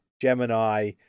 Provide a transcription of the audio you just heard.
Gemini